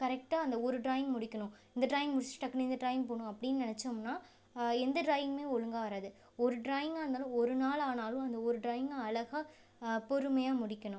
கரெக்டாக அந்த ஒரு ட்ராயிங் முடிக்கணும் இந்த ட்ராயிங் முடிச்சுட்டு டக்குனு இந்த ட்ராயிங் போகணும் அப்படின் நினச்சோம்னா எந்த ட்ராயிங்குமே ஒழுங்காக வராது ஒரு ட்ராயிங்காக இருந்தாலும் ஒரு நாள் ஆனாலும் அந்த ஒரு ட்ராயிங்கை அழகா பொறுமையாக முடிக்கணும்